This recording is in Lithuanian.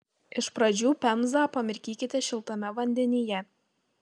iš pradžių pemzą pamirkykite šiltame vandenyje